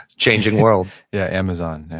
changing world yeah amazon,